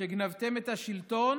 שגנבתם את השלטון,